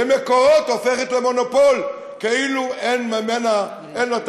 ו"מקורות" הופכת למונופול, כאילו אין לה תחליף.